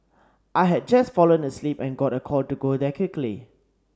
I had just fallen asleep and got a call to go there quickly